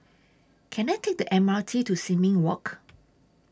Can I Take The M R T to Sin Ming Walk